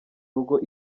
rugo